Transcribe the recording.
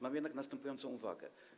Mam jednak następującą uwagę.